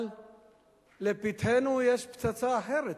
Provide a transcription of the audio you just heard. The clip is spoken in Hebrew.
אבל לפתחנו יש פצצה אחרת.